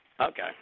Okay